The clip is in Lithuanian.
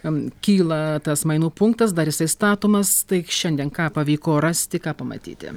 kam kyla tas mainų punktas dar jisai statomas tai šiandien ką pavyko rasti ką pamatyti